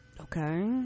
okay